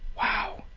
wow.